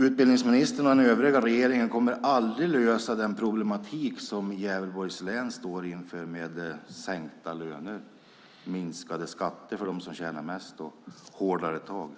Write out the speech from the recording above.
Utbildningsministern och den övriga regeringen kommer aldrig att lösa de problem som Gävleborgs län står inför med sänkta löner, lägre skatter för dem som tjänar mest och hårdare tag.